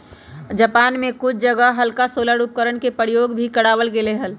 Japan में कुछ जगह हल्का सोलर उपकरणवन के प्रयोग भी करावल गेले हल